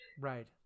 Right